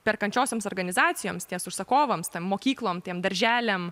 perkančiosioms organizacijoms tiems užsakovams tom mokyklom tiem darželiam